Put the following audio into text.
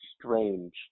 strange